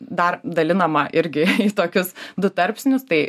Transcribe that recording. dar dalinama irgi tokius du tarpsnius tai